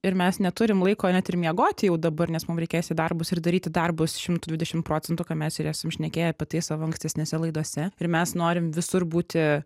ir mes neturim laiko net ir miegot jau dabar nes mum reikės į darbus ir daryti darbus šimtu dvidešim procentų ką mes ir esam šnekėję apie tai savo ankstesnėse laidose ir mes norim visur būti